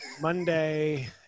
Monday